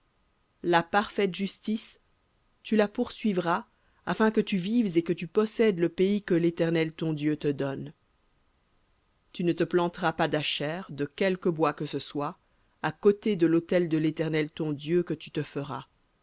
la parfaite justice tu la poursuivras afin que tu vives et que tu possèdes le pays que l'éternel ton dieu te donne v tu ne te planteras pas d'ashère de quelque bois que ce soit à côté de l'autel de l'éternel ton dieu que tu te feras